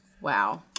Wow